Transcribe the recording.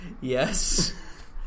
Yes